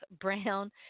Brown